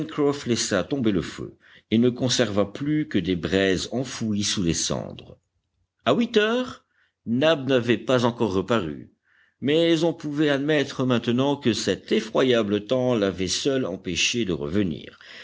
laissa tomber le feu et ne conserva plus que des braises enfouies sous les cendres à huit heures nab n'avait pas encore reparu mais on pouvait admettre maintenant que cet effroyable temps l'avait seul empêché de revenir